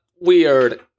weird